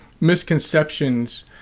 misconceptions